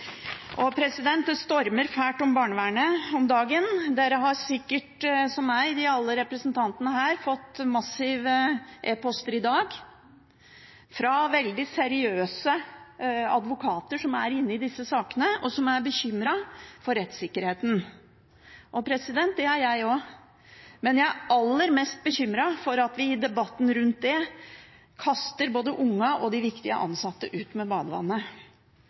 Det stormer veldig rundt barnevernet om dagen. Alle representantene her – som meg– har sikkert fått mange e-poster i dag fra veldig seriøse advokater som er inne i disse sakene, og som er bekymret for rettssikkerheten. Det er jeg også, men jeg er aller mest bekymret for at vi i debatten rundt det kaster både ungene og de viktige ansatte ut med badevannet.